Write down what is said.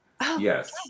Yes